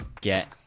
get